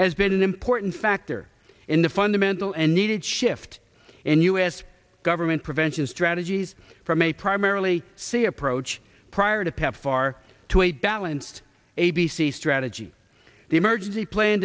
has been an important factor in the fundamental and needed shift in u s government prevention strategies from a primarily see approach prior to pepfar to a balanced a b c strategy the emergency plan